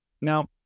Now